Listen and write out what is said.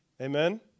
Amen